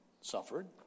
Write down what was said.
suffered